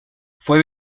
fue